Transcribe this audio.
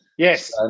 Yes